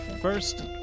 first